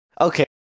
Okay